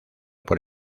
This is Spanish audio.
por